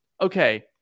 Okay